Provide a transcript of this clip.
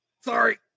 Sorry